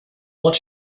what